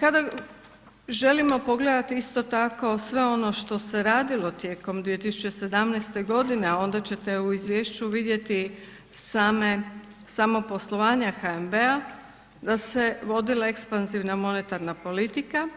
Kada želimo pogledati isto tako sve ono što se radilo tijekom 2017. godine a onda ćete u izvješću vidjeti samo poslovanje HNB-a da se vodila ekspanzivna monetarna politika,